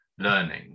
learning